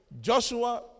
Joshua